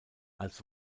als